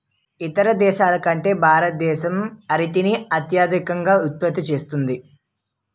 ఇతర దేశాల కంటే భారతదేశం అరటిని అత్యధికంగా ఉత్పత్తి చేస్తుంది